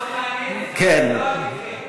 זאת שאלה מאוד מעניינת,